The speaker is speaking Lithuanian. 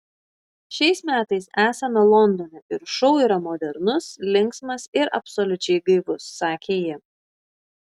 šiais metais esame londone ir šou yra modernus linksmas ir absoliučiai gaivus sakė ji